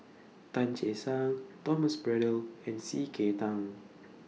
Tan Che Sang Thomas Braddell and C K Tang